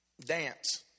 Dance